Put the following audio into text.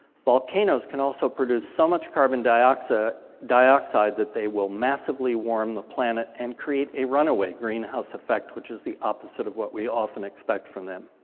volcanoes can also produce so much carbon dioxide dioxide that they will massively warm the planet and create a runaway greenhouse effect, which is the opposite of what we often expect from them.